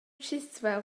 chiswell